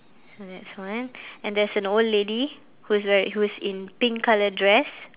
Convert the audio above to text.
and next one and there's an old lady who's weari~ who is in pink colour dress